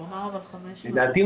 לדעתי,